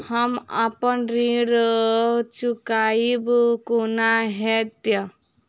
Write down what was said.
हम अप्पन ऋण चुकाइब कोना हैतय?